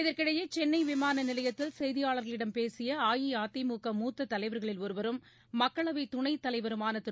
இதற்கிடையே சென்னை விமான நிலையத்தில் செய்தியாளர்களிடம் பேசிய அஇஅதிமுக மூத்த தலைவர்களில் ஒருவரும் மக்களவைத் துணைத்தலைவருமான திரு